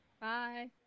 bye